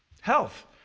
health